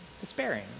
despairing